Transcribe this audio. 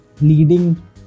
leading